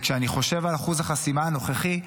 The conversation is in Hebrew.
כשאני חושב על אחוז החסימה הנוכחי,